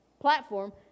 platform